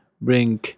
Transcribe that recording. bring